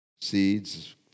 seeds